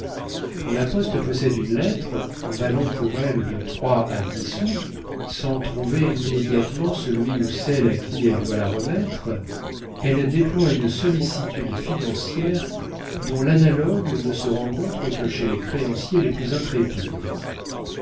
quand la poste possède une lettre valant pour elle de trois à dix sous sans trouver immédiatement celui ou celle à qui elle doit la remettre elle déploie une sollicitude financière dont l'analogue ne se rencontre que chez les créanciers les plus intrépides